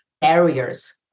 barriers